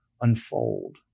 unfold